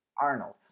Arnold